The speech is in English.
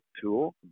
tool